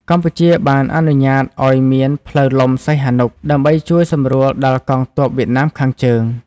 កម្ពុជាបានអនុញ្ញាតឱ្យមាន "ផ្លូវលំសីហនុ" ដើម្បីជួយសម្រួលដល់កងទ័ពវៀតណាមខាងជើង។